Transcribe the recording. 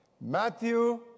Matthew